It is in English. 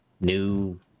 New